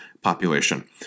population